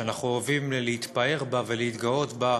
שאנחנו אוהבים להתפאר בה ולהתגאות בה,